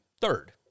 third